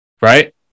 right